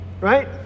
Right